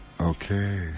Okay